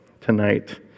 tonight